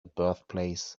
birthplace